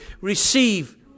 receive